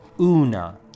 Una